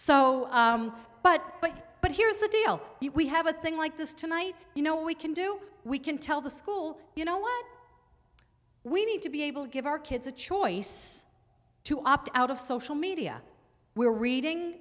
so but but but here's the deal we have a thing like this tonight you know we can do we can tell the school you know what we need to be able to give our kids a choice to opt out of social media we're reading